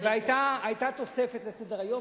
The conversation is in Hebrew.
היתה תוספת לסדר-היום,